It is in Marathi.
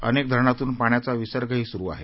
अनेक धरणातून पाण्याचा विसर्गही सुरु आहे